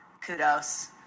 Kudos